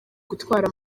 gutwara